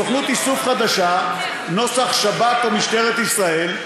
סוכנות איסוף חדשה נוסח שב"כ או משטרת ישראל,